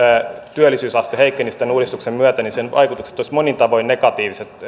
työllisyysaste heikkenisi tämän uudistuksen myötä niin sen vaikutukset olisivat monin tavoin negatiiviset